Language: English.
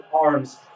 arms